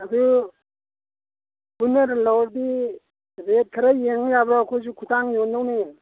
ꯑꯗꯨ ꯄꯨꯟꯅ ꯂꯧꯔꯗꯤ ꯔꯦꯠ ꯈꯔ ꯌꯦꯡ ꯌꯥꯕ꯭ꯔꯣ ꯑꯩꯈꯣꯏꯁꯨ ꯈꯨꯊꯥꯡ ꯌꯣꯟꯗꯧꯅꯤ